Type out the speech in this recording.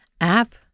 app